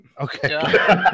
Okay